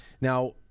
Now